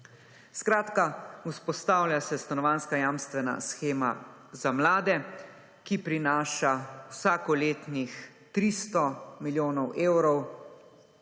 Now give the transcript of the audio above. Skratka, vzpostavlja se stanovanjska jamstvena shema za mlade, ki prinaša vsakoletnih 300 milijonov evrov